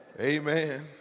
Amen